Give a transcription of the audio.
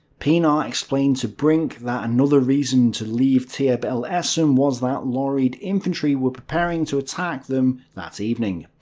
pienaar explained to brink that another reason to leave taieb el esem was that lorried infantry were preparing to attack them that evening.